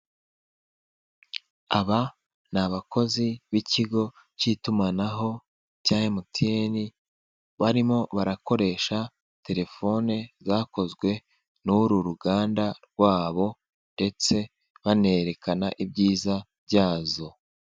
Aba ni abakozi b'ikigo k'itumanaho cya Mtn, barimo barakoresha telefone zakozwe n'uru ruganda rwabo ndetse banerekana ibyiza byazo.